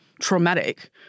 traumatic